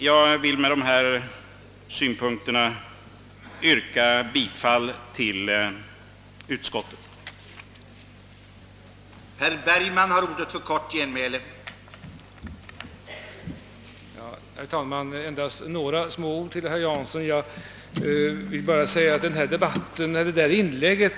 Jag ber att få yrka bifall till utskottets hemställan.